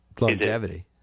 Longevity